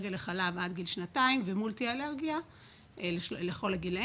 אלרגיה לחלב עד גיל שנתיים ומולטי אלרגיה לכל הגילים,